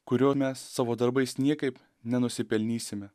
kurio mes savo darbais niekaip nenusipelnysime